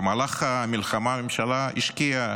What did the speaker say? במהלך המלחמה הממשלה השקיעה,